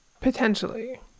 Potentially